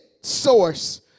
source